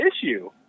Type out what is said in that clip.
issue